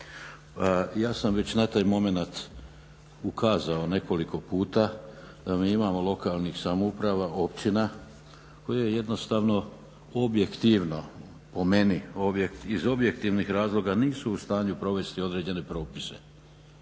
ja sam već na taj momenat ukazao nekoliko puta da mi imamo lokalnih samouprava, općina koje jednostavno objektivno o meni, iz objektivnih razloga nisu u stanju provesti određene propise.